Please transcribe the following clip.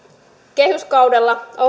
kehyskaudella